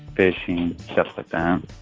fishing, just the farm.